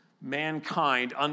mankind